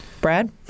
Brad